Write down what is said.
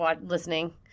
listening